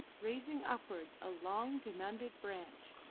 raising upwards a long, denuded branch,